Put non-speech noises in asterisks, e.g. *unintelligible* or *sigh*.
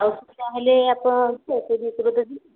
ଆଉ ତା'ହେଲେ ଆପଣ *unintelligible*